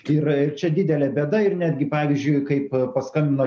tai yra ir čia didelė bėda ir netgi pavyzdžiui kaip paskambino